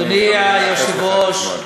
אדוני היושב-ראש,